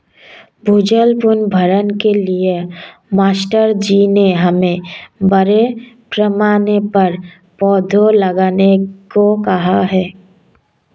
भूजल पुनर्भरण के लिए मास्टर जी ने हमें बड़े पैमाने पर पौधे लगाने को कहा है